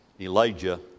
Elijah